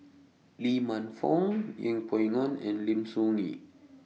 Lee Man Fong Yeng Pway Ngon and Lim Soo Ngee